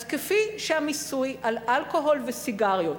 אז כפי שהמיסוי על אלכוהול וסיגריות,